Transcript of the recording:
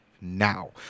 now